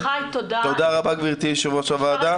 תודה רבה יו"ר הוועדה.